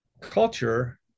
culture